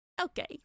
Okay